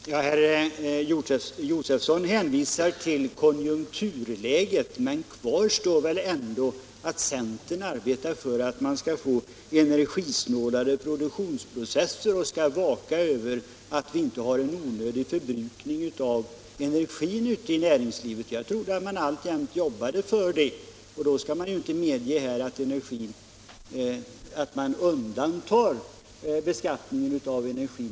Herr talman! Herr Josefson hänvisade till konjunkturläget, men kvar står väl ändå det faktum att centern arbetar för att man skall få energisnålare produktionsprocesser och för att man skall vaka över att vi inte har en onödigt stor förbrukning av energi inom näringslivet. Jag trodde att man inom centern alltjämt arbetade för den saken, men då skall man inte undanta näringslivet från beskattningen av energi.